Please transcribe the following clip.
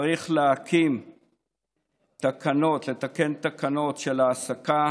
צריך לתקן תקנות של העסקה,